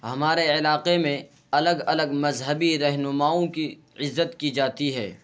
ہمارے علاقے میں الگ الگ مذہبی رہنماؤں کی عزت کی جاتی ہے